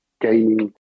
gaining